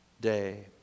day